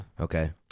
Okay